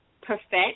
perfect